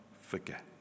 forget